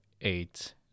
eight